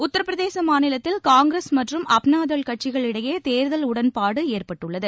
உத்தரபிரதேச மாநிலத்தில் காய்கிரஸ் மற்றும் அப்ளா தள் கட்சிகளிடையே தேர்தல் உடன்பாடு ஏற்பட்டுள்ளது